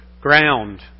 ground